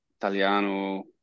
Italiano